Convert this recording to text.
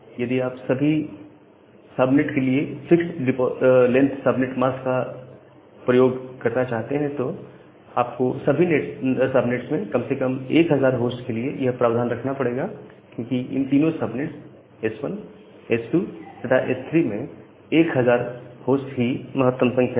यदि आप सभी सबनेट के लिए फिक्स्ड लेंथ सबनेट मास्क का प्रयोग करना चाहते हैं तो आप को सभी सबनेट्स में कम से कम 1000 होस्ट के लिए यह प्रावधान रखना पड़ेगा क्योंकि इन तीनों सबनेट्स एस 1 एस2 तथा एस3 में 1000 ही होस्ट की महत्तम संख्या है